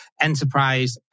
enterprise